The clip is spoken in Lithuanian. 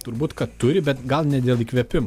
turbūt kad turi bet gal ne dėl įkvėpimo